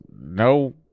no